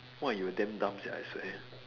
!wah! you were damn dumb sia I swear